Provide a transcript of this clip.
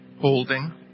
holding